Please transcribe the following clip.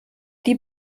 die